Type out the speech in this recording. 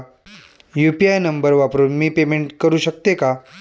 UPI number वापरून मी payment करू शकते का?